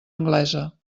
anglesa